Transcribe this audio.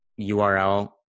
URL